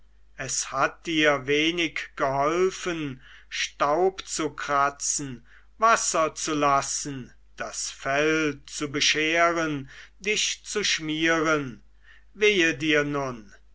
es hat dir wenig geholfen staub zu kratzen wasser zu lassen das fell zu bescheren dich zu schmieren wehe dir nun